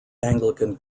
anglican